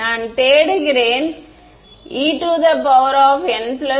மாணவர் நாம் கருத்தில் கொள்ளும்போது குறிப்பு நேரம் 1345